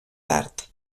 tard